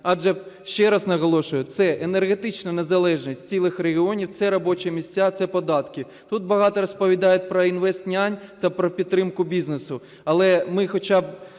Адже ще раз наголошую: це енергетична незалежність цілих регіонів, це робочі місця, це податки. Тут багато розповідають про "інвестнянь" та про підтримку бізнесу, але ми хоча б